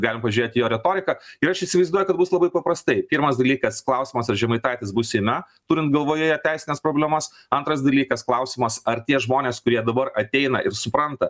galim pažiūrėt į jo retoriką ir aš įsivaizduoju kad bus labai paprastai pirmas dalykas klausimas ar žemaitaitis bus seime turint galvoje jo teisines problemas antras dalykas klausimas ar tie žmonės kurie dabar ateina ir supranta